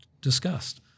discussed